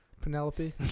Penelope